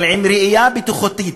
אבל עם ראייה בטיחותית,